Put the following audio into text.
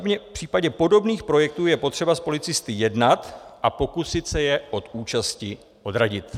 V případě podobných projektů je potřeba s policisty jednat a pokusit se je od účasti odradit.